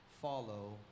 follow